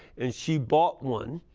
and she bought one.